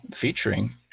featuring